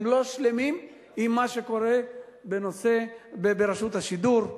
הם לא שלמים עם מה שקורה ברשות השידור,